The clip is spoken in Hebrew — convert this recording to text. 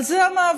על זה המאבק.